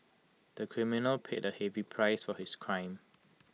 the criminal paid A heavy price for his crime